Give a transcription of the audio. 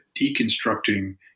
deconstructing